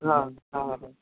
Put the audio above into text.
हाँ हाँ हाँ हाँ